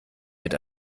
mit